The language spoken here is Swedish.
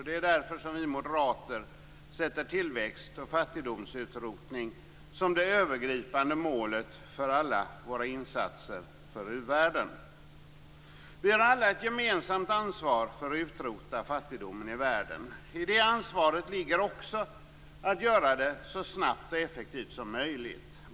Det är därför vi moderater sätter tillväxt och fattigdomsutrotning som det övergripande målet för alla våra insatser för u-världen. Vi har alla ett gemensamt ansvar för att utrota fattigdomen i världen. I det ansvaret ligger också att göra detta så snabbt och effektivt som möjligt.